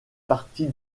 partie